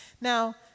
Now